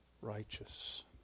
righteous